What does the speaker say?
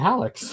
Alex